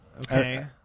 Okay